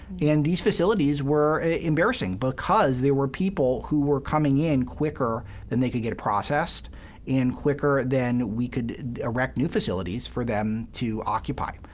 and these facilities were embarrassing, because there were people who were coming in quicker than they could get processed and quicker than we could erect new facilities for them to occupy.